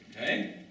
Okay